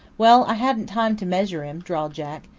well, i hadn't time to measure him, drawled jack.